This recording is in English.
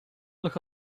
look